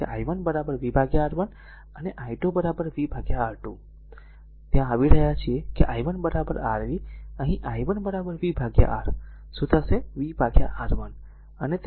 એટલે કેi1 vR1 and i2 v R2 તેથી જ્યારે ત્યાં આવી રહ્યા છે કે i1 r v અહીં i1 v r શું ક vલ v R1